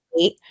eight